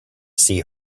see